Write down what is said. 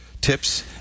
tips